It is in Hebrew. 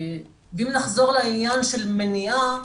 אם נחזור לעניין של מניעה,